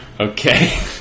Okay